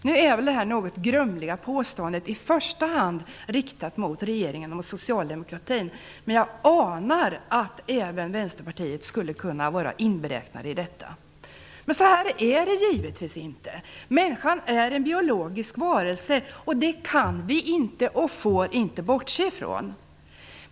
Nu är väl detta något grumliga påståenden i första hand riktad mot regeringen och socialdemokratin, men jag anar att även Vänsterpartiet skulle kunna vara inberäknat i detta. Men så här är det givetvis inte. Människan är en biologisk varelse, och det kan och får vi inte bortse ifrån.